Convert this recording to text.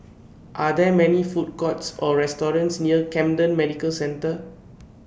Are There Many Food Courts Or restaurants near Camden Medical Centre